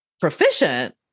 proficient